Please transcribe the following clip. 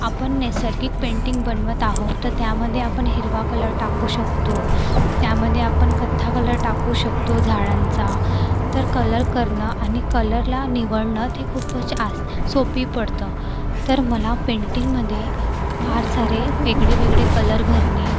आपण नैसर्गिक पेंटिंग बनवत आहो तर त्यामध्ये आपण हिरवा कलर टाकू शकतो त्यामध्ये आपण कथ्था कलर टाकू शकतो झाडांचा तर कलर करणं आणि कलरला निवडणं ते खूपच असं सोपी पडतं तर मला पेंटिंगमध्ये फार सारे वेगळेवेगळे कलर भरणे